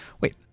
Wait